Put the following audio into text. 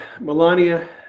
Melania